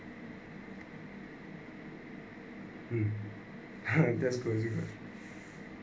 mm that's crazy